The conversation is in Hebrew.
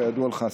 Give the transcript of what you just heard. כידוע לך,